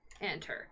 Enter